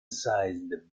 sized